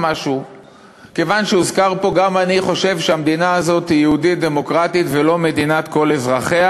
גם אני חושב שהמדינה הזאת היא יהודית דמוקרטית ולא מדינת כל אזרחיה,